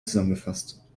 zusammengefasst